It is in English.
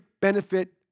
benefit